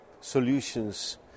solutions